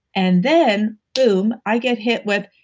and then, boom. i get hit with,